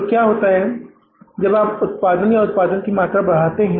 तो क्या होता है जब आप उत्पादन या उत्पादन की मात्रा बढ़ाते हैं